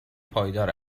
پایدار